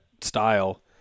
style